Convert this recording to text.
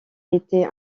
été